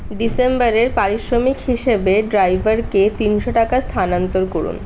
ডিসেম্বরের পারিশ্রমিক হিসেবে ড্রাইভারকে তিনশো টাকা স্থানান্তর করুন